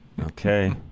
Okay